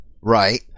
Right